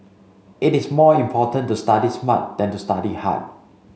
it is more important to study smart than to study hard